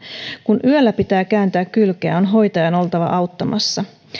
kun yöllä pitää kääntää kylkeä on hoitajan oltava auttamassa